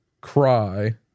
cry